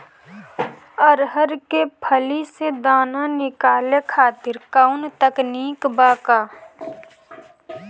अरहर के फली से दाना निकाले खातिर कवन तकनीक बा का?